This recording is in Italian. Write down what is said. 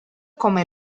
come